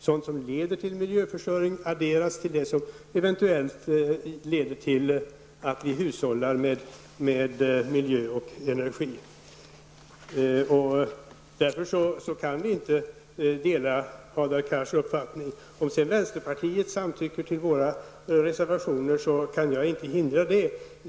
Sådant som leder till miljöförstöring adderas till det som eventuellt leder till att vi hushållar med miljö och energi. Därför kan vi inte dela Hadar Cars uppfattning. Om sedan vänsterpartiet samtycker till våra reservationer kan jag inte hindra det.